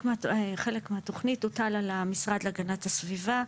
חלק מהתוכנית הוטל על המשרד להגנת הסביבה,